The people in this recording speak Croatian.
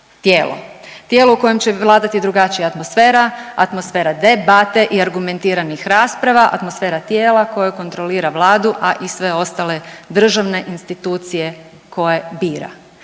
Tijelo u kojem će vladati drugačija atmosfera, atmosfera debate i argumentiranih rasprava, atmosfera tijela koje kontrolira Vladu, a i sve ostale državne institucije koje bira.